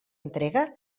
entrega